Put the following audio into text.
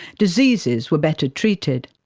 diseases were better treated.